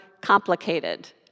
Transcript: complicated